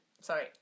sorry